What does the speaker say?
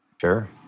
Sure